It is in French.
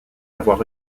avoir